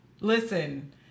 Listen